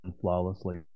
flawlessly